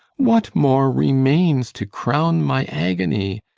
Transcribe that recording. what more remains to crown my agony?